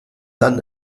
dann